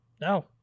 no